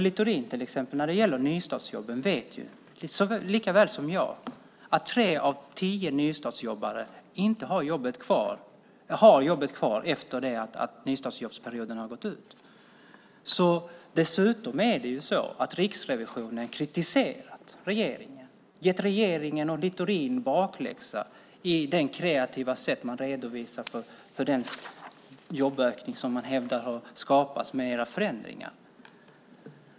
Littorin vet till exempel lika väl som jag att tre av tio nystartsjobbare har jobbet kvar efter det att nystartsjobbsperioden har gått ut. Dessutom har Riksrevisionen kritiserat regeringen, gett regeringen och Littorin bakläxa i fråga om det kreativa sätt varpå man redovisar en jobbökning som man hävdar har skapats med olika förändringar.